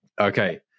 Okay